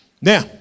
Now